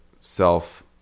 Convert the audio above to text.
self